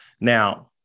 Now